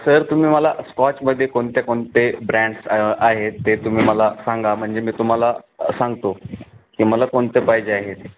sir तुम्ही मला स्कॉचमध्ये कोणत्या कोणते ब्रँड्स आहेत ते तुम्ही मला सांगा म्हणजे मी तुम्हाला सांगतो की मला कोणते पाहिजे आहेत